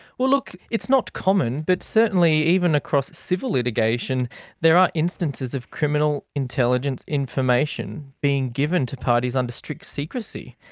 well look, it's not common, but certainly even across civil litigation there are instances of criminal intelligence information being given to parties under strict secrecy,